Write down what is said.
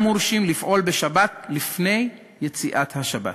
מורשים לפעול בשבת לפני יציאת השבת.